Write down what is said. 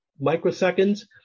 microseconds